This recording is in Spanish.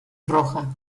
roja